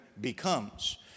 becomes